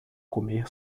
comer